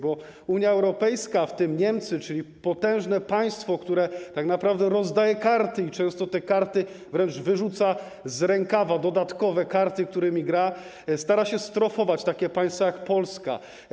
Bo Unia Europejska, w tym Niemcy, czyli potężne państwo, które tak naprawdę rozdaje karty i często wręcz wyrzuca z rękawa dodatkowe karty, którymi gra, stara się strofować takie państwa jak Polska.